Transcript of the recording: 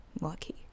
lucky